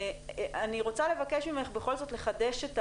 אני רוצה לבקש ממך בכל זאת לחדש,